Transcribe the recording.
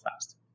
fast